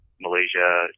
Malaysia